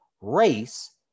race